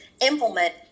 implement